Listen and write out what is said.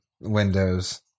windows